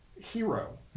hero